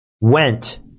went